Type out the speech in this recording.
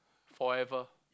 forever